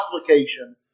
application